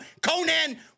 Conan